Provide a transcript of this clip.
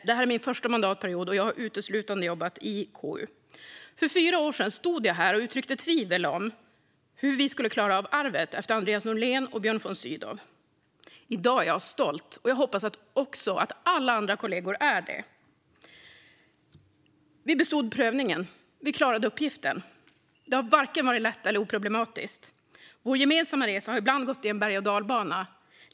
Detta är min första mandatperiod, och jag har uteslutande jobbat i KU. För fyra år sedan stod jag här och uttryckte tvivel om hur vi skulle klara av arvet efter Andreas Norlén och Björn von Sydow. I dag är jag stolt, och jag hoppas att alla mina kollegor också är det. Vi bestod prövningen. Vi klarade uppgiften. Det har inte varit vare sig lätt eller oproblematiskt. Vår gemensamma resa har ibland gått i en bergochdalbana.